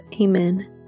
Amen